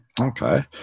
Okay